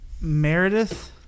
Meredith